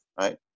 right